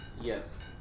Yes